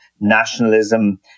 nationalism